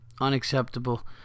Unacceptable